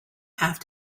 have